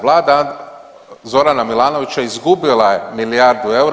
Vlada Zorana Milanovića izgubila je milijardu eura.